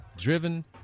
driven